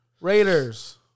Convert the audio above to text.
Raiders